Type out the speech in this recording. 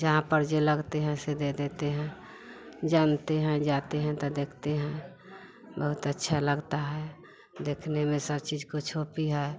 जहाँ पर जे लगती हैं ऐसे दे देती हैं जनती हैं जाती हैं ताे देखती हैं बहुत अच्छा लगता है देखने में सब चीज को छोपी है